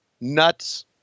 nuts